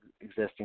existing